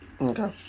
Okay